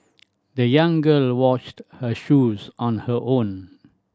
the young girl washed her shoes on her own